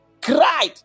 cried